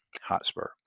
Hotspur